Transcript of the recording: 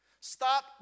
Stop